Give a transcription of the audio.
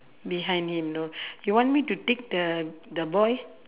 behind him no you want me to tick the the boy